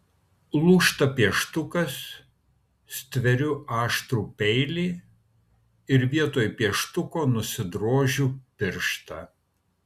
lūžta pieštukas stveriu aštrų peilį ir vietoj pieštuko nusidrožiu pirštą